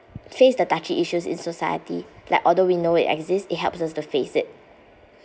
face the touchy issues in society like although we know it exists it helps us to face it